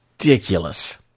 Ridiculous